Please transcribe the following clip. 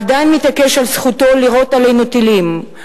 עדיין מתעקש על זכותו לירות עלינו טילים,